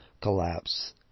collapse